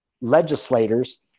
legislators